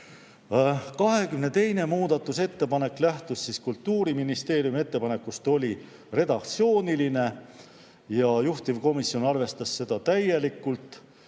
22. muudatusettepanek lähtus Kultuuriministeeriumi ettepanekust, see oli redaktsiooniline ja juhtivkomisjon arvestas seda täielikult.